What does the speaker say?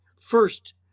first